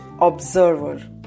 observer